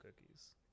cookies